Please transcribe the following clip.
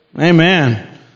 Amen